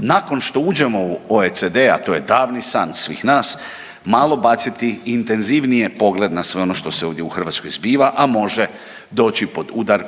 nakon što uđemo u OECD, a to je davni san svih nas malo baciti intenzivnije pogled na sve ono što se ovdje u Hrvatskoj zbiva, a može doći pod udar